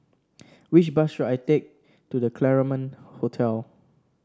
which bus should I take to The Claremont Hotel